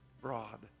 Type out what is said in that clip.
broad